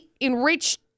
enriched